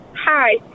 Hi